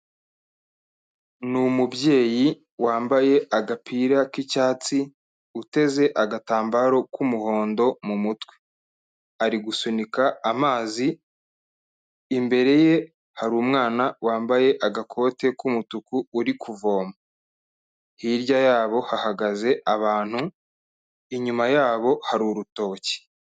Ni umubyeyi wambaye agapira k'icyatsi, uteze agatambaro k'umuhondo mu mutwe, ari gusunika amazi, imbere ye hari umwana wambaye agakote k'umutuku uri kuvoma, hirya yabo hahagaze abantu, inyuma yabo hari urutoki.